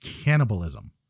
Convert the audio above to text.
cannibalism